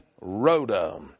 Rhoda